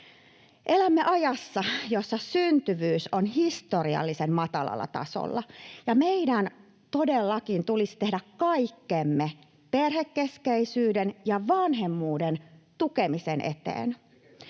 Elämme ajassa, jossa syntyvyys on historiallisen matalalla tasolla ja meidän todellakin tulisi tehdä kaikkemme perhekeskeisyyden ja vanhemmuuden tukemisen eteen.